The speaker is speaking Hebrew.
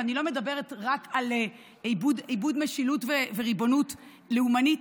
ואני לא מדברת רק על איבוד משילות וריבונות לאומנית,